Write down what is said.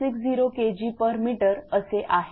60 Kgm असे आहे